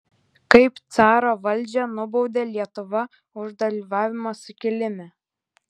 kaip caro valdžia nubaudė lietuvą už dalyvavimą sukilime